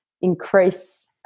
increase